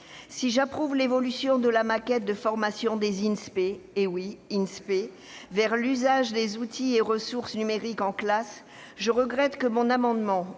Si j'approuve l'évolution de la maquette de formation des Inspé- eh oui ! -vers l'usage des outils et ressources numériques en classe, je regrette que mon amendement